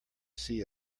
see